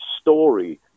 story